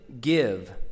give